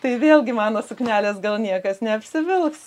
tai vėlgi mano suknelės gal niekas neapsivilks